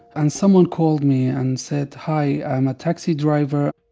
and someone called me and said, hi, i'm a taxi driver.